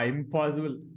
Impossible